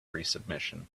resubmission